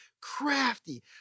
crafty